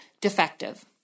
defective